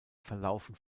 verlaufen